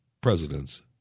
presidents